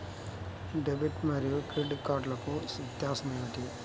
Debit మరియు credit కార్డ్లకు వ్యత్యాసమేమిటీ?